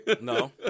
No